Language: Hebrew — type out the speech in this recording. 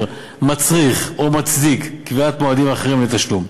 מצריך או מצדיק קביעת מועדים אחרים לתשלום,